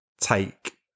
take